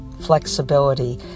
flexibility